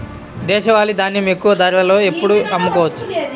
దేశవాలి ధాన్యం ఎక్కువ ధరలో ఎప్పుడు అమ్ముకోవచ్చు?